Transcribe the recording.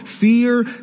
fear